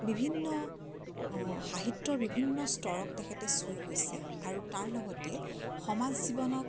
বিভিন্ন অ সাহিত্যৰ বিভিন্ন স্তৰক তেখেতে চুই গৈছে আৰু তাৰ লগতে সমাজ জীৱনক